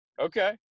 Okay